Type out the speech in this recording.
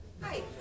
Hi